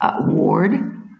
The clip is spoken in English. ward